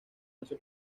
once